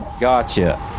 Gotcha